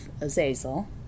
Azazel